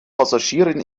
passagieren